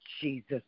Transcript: Jesus